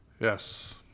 Yes